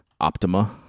Optima